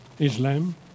Islam